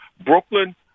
Brooklyn